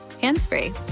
hands-free